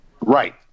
Right